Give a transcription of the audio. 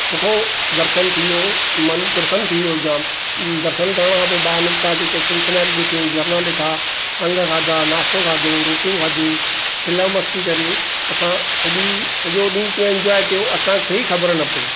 सुठो दर्शन थी वियो मन प्रसन्न थी वियो जाम दर्शन करण खां पोई ॿाहिरि निकितासीं त सीन सिनेरी ॾिठियूं झरना ॾिठा संघ खाधा नास्तो खाधो रोटियूं खाधियूं खिल मस्ती करे असां सॼी सॼो ॾींहुं कीअं इंजॉय कयो असांखे ई ख़बर न पई